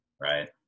Right